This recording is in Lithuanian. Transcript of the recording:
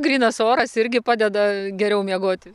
grynas oras irgi padeda geriau miegoti